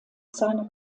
seiner